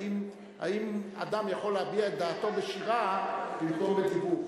האם אדם יכול להביע את דעתו בשירה במקום בדיבור.